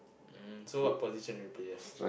mm so what position you play as